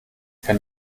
kann